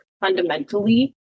fundamentally